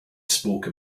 spoke